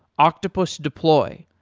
octopus deploy,